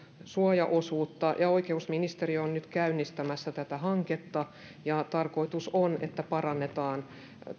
suojaosuutta ja oikeusministeriö on nyt käynnistämässä tätä hanketta tarkoitus on että parannetaan